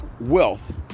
wealth